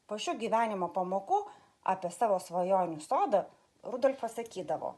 po šių gyvenimo pamokų apie savo svajonių sodą rudolfas sakydavo